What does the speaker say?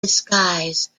disguise